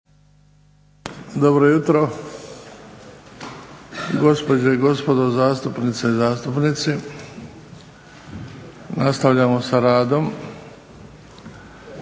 Dobro jutro. Gospođe i gospodo zastupnice i zastupnici nastavljamo sa radom.